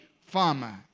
farmer